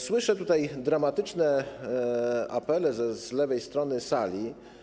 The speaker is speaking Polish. Słyszę tutaj dramatyczne apele z lewej strony sali.